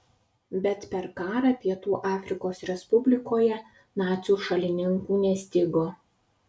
bet per karą pietų afrikos respublikoje nacių šalininkų nestigo